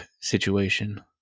situation